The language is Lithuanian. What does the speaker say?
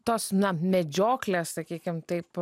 tos na medžioklės sakykim taip